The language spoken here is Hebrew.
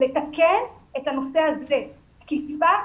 לתקן את הנושא הזה כי תקיפה,